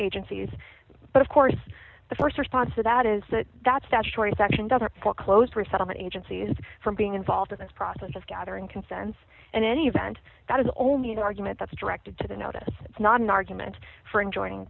agencies but of course the st response to that is that that statutory section doesn't foreclose resettlement agencies from being involved in this process gathering consents and in any event that is only the argument that's directed to the notice it's not an argument for enjoying